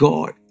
God